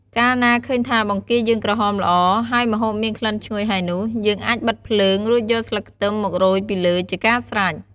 កាលណាឃើញថាបង្គាយើងក្រហមល្អ ហើយម្ហូបមានក្លិនឈ្ងុយហើយនោះ យើងអាចបិទភ្លើង រួចយកស្លឹកខ្ទឹមមករោយពីលើជាការស្រេច។